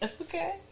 Okay